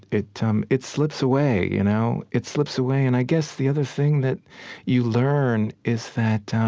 it um it slips away, you know? it slips away. and i guess the other thing that you learn is that